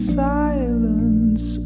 silence